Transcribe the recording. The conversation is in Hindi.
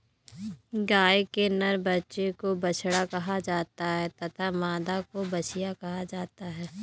गाय के नर बच्चे को बछड़ा कहा जाता है तथा मादा को बछिया कहा जाता है